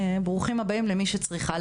ברוכים הבאים למי שצריכה.